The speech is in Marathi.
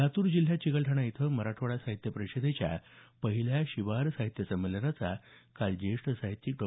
लातूर जिल्ह्यात चिकलठाणा इथं मराठवाडा साहित्य परिषदेच्या पहिल्या शिवार साहित्य संमेलनाचा काल ज्येष्ठ साहित्यिक डॉ